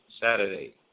Saturday